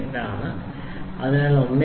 800 ആണ് അത് 1